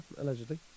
allegedly